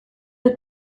dut